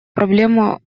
проблема